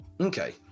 Okay